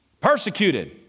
persecuted